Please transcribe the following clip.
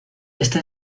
este